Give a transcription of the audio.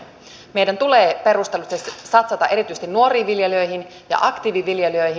meidän tulee perustellusti satsata erityisesti nuoriin viljelijöihin ja aktiiviviljelijöihin